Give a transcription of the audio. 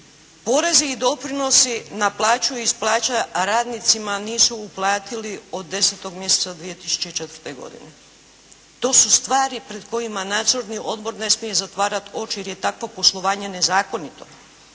porezi i doprinosi naplaćuju iz plaća radnicima a nisu uplatili od desetog mjeseca 2004. godine. To su stvari pred kojima nadzorni odbor ne smije zatvarati oči jer je takvo poslovanje nezakonito.